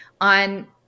on